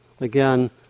Again